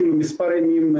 אפילו מספר ימים,